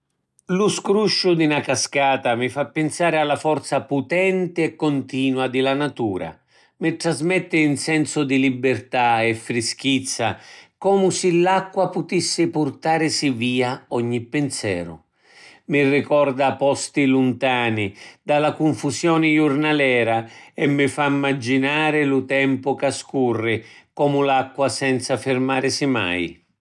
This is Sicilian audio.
Lu scrusciu di na cascata mi fa pinsari a la forza putenti e cuntinua di la natura; mi trasmetti ‘n sensu di libirtà e frischizza comu si l’acqua putissi purtarisi via ogni pinzeru; mi ricorda posti luntani da la cunfusioni jurnalera e mi fa immaginari lu tempu ca scurri comu l’acqua senza firmarisi mai.